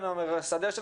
הסטודנט.